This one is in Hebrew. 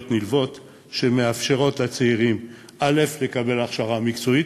נלוות שמאפשרות לצעירים לקבל הכשרה מקצועית,